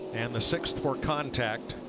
and the six for contact.